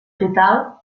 total